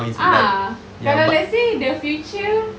ah kalau let's say the future